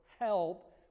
help